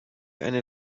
eine